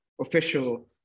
official